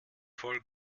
voll